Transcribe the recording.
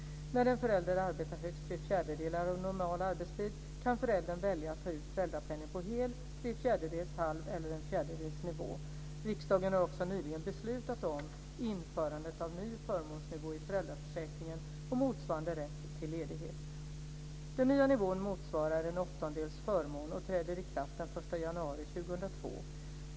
När en förälder arbetar högst tre fjärdedelar av normal arbetstid kan föräldern välja att ta ut föräldrapenning på hel, tre fjärdedels, halv eller en fjärdedels nivå. Riksdagen har också nyligen beslutat om införande av ny förmånsnivå i föräldraförsäkringen och motsvarande rätt till ledighet. Den nya nivån motsvarar en åttondels förmån och träder i kraft den 1 januari 2002.